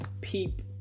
peep